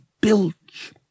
bilge